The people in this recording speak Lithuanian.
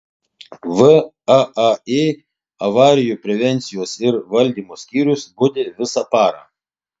vaai avarijų prevencijos ir valdymo skyrius budi visą parą